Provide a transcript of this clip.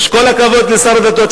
כל הכבוד לשר הדתות,